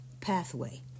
pathway